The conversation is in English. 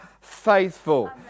faithful